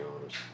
honest